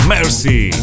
Mercy